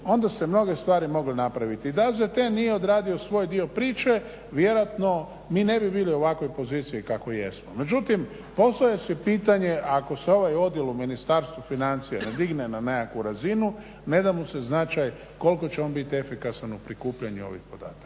onda ste mnoge stvari mogli napraviti. I da AZTN nije odradio svoj dio priče vjerojatno mi ne bi bili u ovakvoj poziciji kakvoj jesmo. Međutim, postavljam si pitanje ako se ovaj odjel u Ministarstvu financija ne digne na nekakvu razinu ne da mu se značaj koliko će on biti efikasan u prikupljanju ovih podataka.